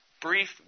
brief